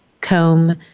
comb